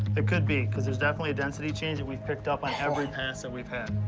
it could be, cause there's definitely a density change that we've picked up on every pass that we've had.